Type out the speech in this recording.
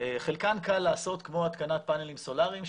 חלקן קל לעשות כמו התקנת פאנלים סולריים,